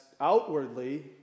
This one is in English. outwardly